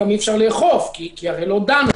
גם אי אפשר לאכוף כי הרי לא דנו.